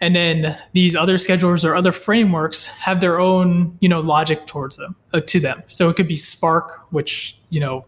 and then these other schedulers, or other frameworks have their own you know logic towards them ah to them. so it could be spark, which you know